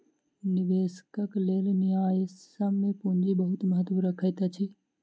निवेशकक लेल न्यायसम्य पूंजी बहुत महत्त्व रखैत अछि